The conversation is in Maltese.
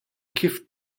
kif